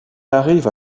arrive